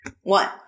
One